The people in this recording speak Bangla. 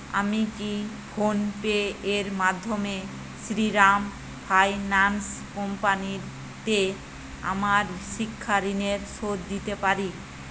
আমি কি ফোনপে এর মাধ্যমে শ্রীরাম ফাইন্যান্স কোম্পানিতে আমার শিক্ষা ঋণের শোধ দিতে পারি